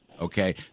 Okay